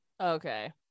okay